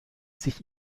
sich